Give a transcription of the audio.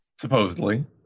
supposedly